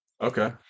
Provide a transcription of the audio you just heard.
Okay